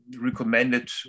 recommended